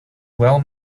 well